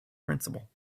principle